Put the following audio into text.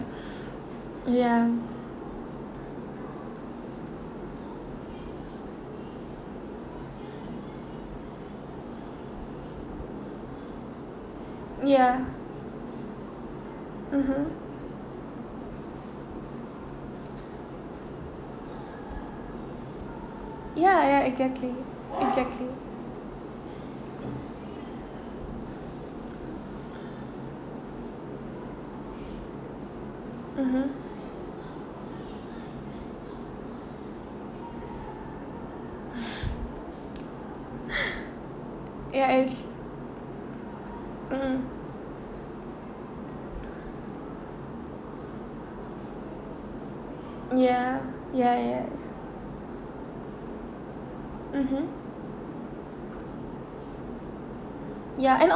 ya ya mmhmm ya ya exactly mmhmm ya is mm ya ya mmhmm ya and